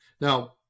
now